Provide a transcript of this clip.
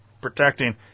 protecting